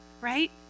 right